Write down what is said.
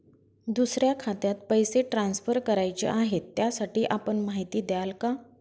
दुसऱ्या खात्यात पैसे ट्रान्सफर करायचे आहेत, त्यासाठी आपण माहिती द्याल का?